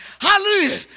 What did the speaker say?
Hallelujah